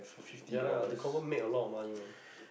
ya ya they confirm make a lot of money man